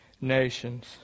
nations